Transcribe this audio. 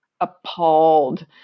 appalled